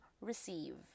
receive